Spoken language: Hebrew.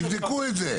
אז יבדקו את זה.